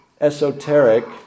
esoteric